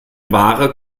ware